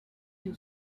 you